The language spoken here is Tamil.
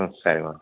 ம் சரிம்மா